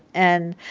and,